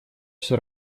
всё